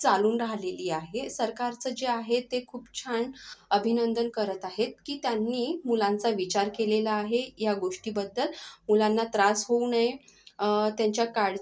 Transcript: चालून राहिलेली आहे सरकारचं जे आहे ते खूप छान अभिनंदन करत आहेत की त्यांनी मुलांचा विचार केलेला आहे या गोष्टीबद्दल मुलांना त्रास होऊ नये त्यांच्या काळज